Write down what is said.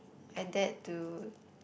I dared to